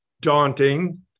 daunting